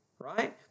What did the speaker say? right